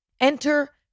Enter